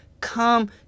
come